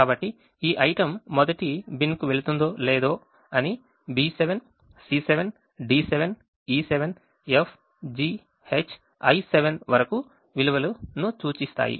కాబట్టి ఈ tem మొదటి బిన్కు వెళుతుందో లేదో అని B7 C7 D7 E7 F G H I7 వరకు విలువలను సూచిస్తాయి